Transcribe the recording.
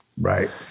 right